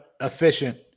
efficient